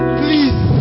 please